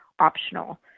optional